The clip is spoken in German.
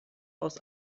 aus